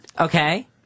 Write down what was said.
Okay